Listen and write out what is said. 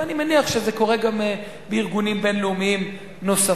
ואני מניח שזה קורה גם בארגונים בין-לאומיים נוספים.